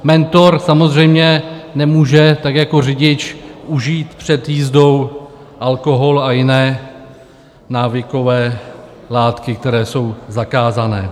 Mentor samozřejmě nemůže, tak jako řidič, užít před jízdou alkohol a jiné návykové látky, které jsou zakázané.